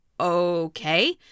Okay